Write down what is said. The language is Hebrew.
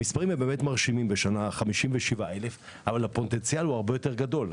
המספרים הם באמת מרשימים בשנה 57,000. אבל הפוטנציאל הוא עצום,